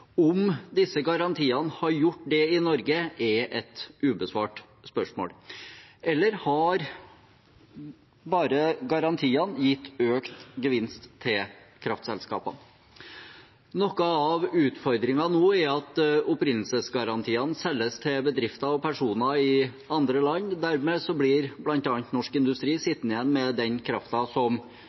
Om disse garantiene har gjort det i Norge, er et ubesvart spørsmål. Har garantiene bare gitt økt gevinst til kraftselskapene? Noe av utfordringen nå er at opprinnelsesgarantiene selges til bedrifter og personer i andre land. Dermed blir bl.a. norsk industri sittende igjen med den kraften som